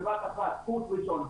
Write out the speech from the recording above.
בבת אחת קורס ראשון,